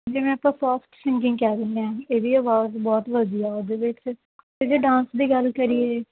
ਜਿਵੇਂ ਆਪਾਂ soft singing ਕਹਿ ਦਿੰਦੇ ਹਾਂ ਇਹਦੀ ਆਵਾਜ਼ ਬਹੁਤ ਵਧੀਆ ਉਹਦੇ ਵਿੱਚ ਇਹਦੇ ਡਾਂਸ ਦੀ ਗੱਲ ਕਰੀਏ